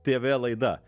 tv laida